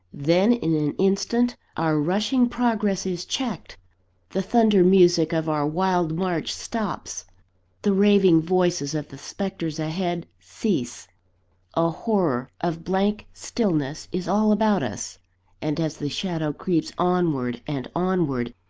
then in an instant, our rushing progress is checked the thunder-music of our wild march stops the raving voices of the spectres ahead, cease a horror of blank stillness is all about us and as the shadow creeps onward and onward,